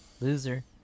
Loser